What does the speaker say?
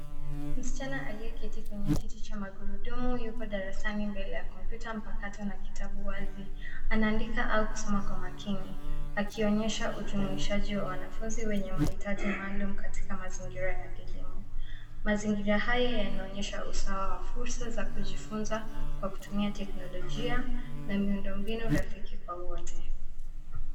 Msichana aliyeketi kwenye kiti cha magurudumu yupo darasani mbele ya kompyuta mpakato na kitabu wazi. Anaandika au kusoma kwa makini akionyeshaujumuishaji wa wanafunzi wenye mahitaji maalum katika mazingira ya elimu. Mazingira haya yanaonyesha usawa wa fursa za kujifunza kwa kutumia teknolojia na miundombinu rafiki kwa wote.